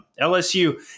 LSU